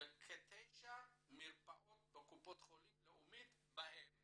בכ-9 מרפאות בקופות החולים לאומית בהם